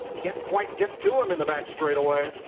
can't quite get to him in the back straightaway.